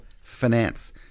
finance